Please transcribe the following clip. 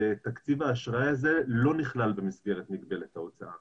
זה תקציב האשראי הזה לא נכלל במסגרת מגבלת ההוצאה